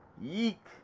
Yeek